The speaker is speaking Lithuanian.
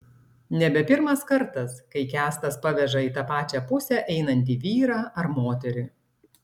nebe pirmas kartas kai kęstas paveža į tą pačią pusę einantį vyrą ar moterį